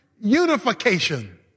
unification